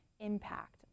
impact